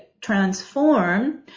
transform